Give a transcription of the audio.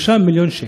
5 מיליון שקל.